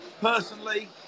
Personally